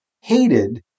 hated